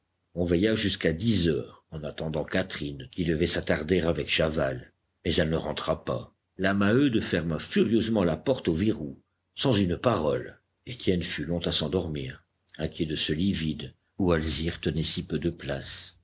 on veilla jusqu'à dix heures en attendant catherine qui devait s'attarder avec chaval mais elle ne rentra pas la maheude ferma furieusement la porte au verrou sans une parole étienne fut long à s'endormir inquiet de ce lit vide où alzire tenait si peu de place